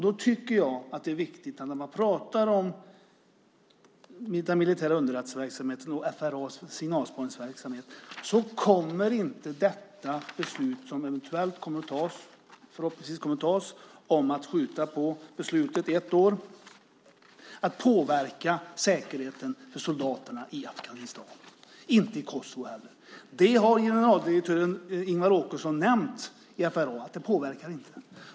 Det är viktigt när man talar om den militära underrättelseverksamheten och FRA:s signalspaningsverksamhet att veta att det beslut som förhoppningsvis kommer att fattas om att skjuta på beslutet i ett år inte kommer att påverka säkerheten för soldaterna i Afghanistan och inte heller i Kosovo. Generaldirektören i FRA Ingvar Åkesson har nämnt att det inte påverkar.